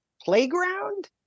playground